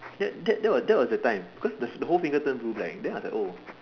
that that that was the time because the whole finger turn blue black then I was like oh